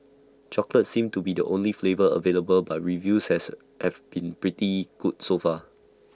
chocolate seems to be the only flavour available but reviews have been pretty good so far